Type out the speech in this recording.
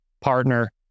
partner